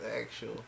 actual